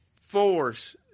force